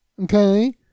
Okay